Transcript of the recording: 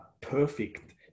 perfect